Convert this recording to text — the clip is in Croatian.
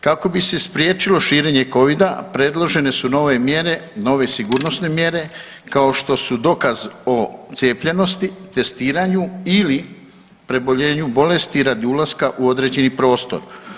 Kako bi se spriječilo širenje Covida predložene su nove mjere, nove sigurnosne mjere kao što su dokaz o cijepljenosti, testiranju ili preboljenju bolesti radi ulaska u određeni prostor.